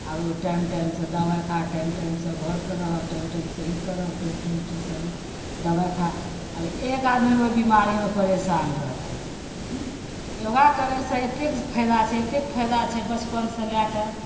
आब time time से दवाइ खा टाइम टाइम से घर पर रहऽ टाइम टाइम से ई करऽ टाइम टाइम से दबाइ खा आर एक आदमी ओइ बिमारी मे परेशान रहतै योगा करे से एतेक फैदा छै एतेक फैदा छै बचपन से लै कऽ